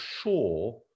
sure